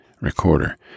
recorder